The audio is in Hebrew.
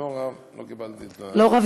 גברתי היושבת-ראש, חברי